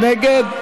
מי נגד?